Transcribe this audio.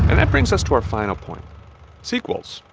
and that brings us to our final point sequels.